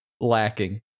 lacking